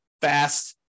fast